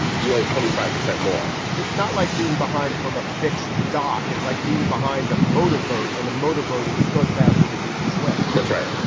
you owe twenty five percent more it's not like being behind from a fixed doc. it's like being behind a motorboat. and the motorboat is going faster than you can swim. that's right.